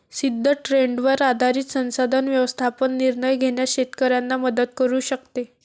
सिद्ध ट्रेंडवर आधारित संसाधन व्यवस्थापन निर्णय घेण्यास शेतकऱ्यांना मदत करू शकते